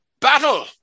battle